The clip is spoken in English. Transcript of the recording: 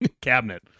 cabinet